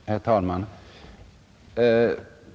Herr talman!